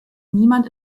niemand